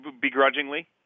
begrudgingly